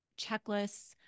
checklists